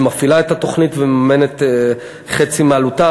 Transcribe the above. שמפעילה את התוכנית ומממנת חצי מעלותה.